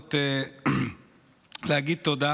ההזדמנות להגיד תודה.